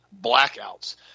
blackouts